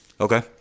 Okay